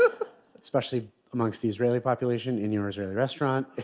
ah especially amongst the israeli population in your israeli restaurant.